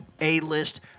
A-list